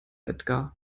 edgar